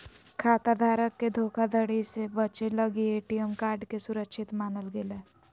खाता धारक के धोखाधड़ी से बचे लगी ए.टी.एम कार्ड के सुरक्षित मानल गेलय